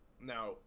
Now